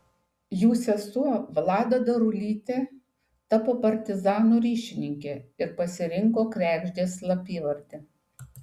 jų sesuo vlada darulytė tapo partizanų ryšininkė ir pasirinko kregždės slapyvardį